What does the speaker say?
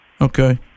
okay